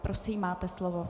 Prosím, máte slovo.